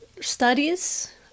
studies